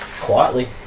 quietly